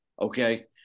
okay